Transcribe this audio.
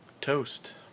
Toast